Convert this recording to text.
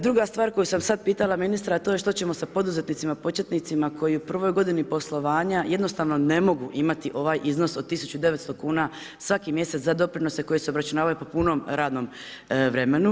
Druga stvar koju sam sad pitala ministra, a to je što ćemo sa poduzetnicima početnicima koji u prvoj godini poslovanja jednostavno ne mogu imati ovaj iznos od 1900 kuna svaki mjesec za doprinose koji se obračunavaju po punom radnom vremenu.